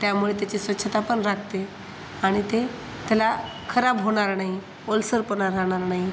त्यामुळे त्याची स्वच्छता पण राखते आहे आणि ते त्याला खराब होणार नाही ओलसरपणा राहणार नाही